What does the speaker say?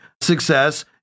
success